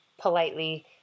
politely